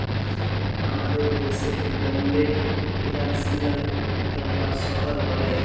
আমাদের দ্যাশে বম্বেকে ফিলালসিয়াল ক্যাপিটাল বা শহর ব্যলে